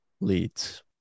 Leads